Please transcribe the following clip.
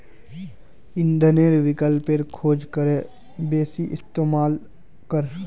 इंधनेर विकल्पेर खोज करे बेसी इस्तेमाल कर